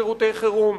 שירותי חירום,